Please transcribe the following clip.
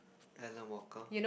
Alan-Walker